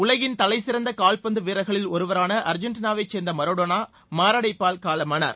உலகின் தலைசிறந்த கால்பந்த வீரர்களில் ஒருவரானஅர்ஜென்டனாவைச் சேர்ந்த மரடோனா மாரடைப்பால் காலமானார்